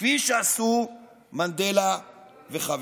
כפי שעשו מנדלה וחבריו.